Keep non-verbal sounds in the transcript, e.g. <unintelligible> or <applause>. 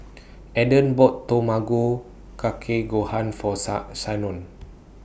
Eden bought Tamago Kake Gohan For <unintelligible> Shanon